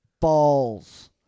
balls